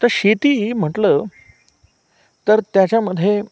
तर शेती म्हटलं तर त्याच्यामधे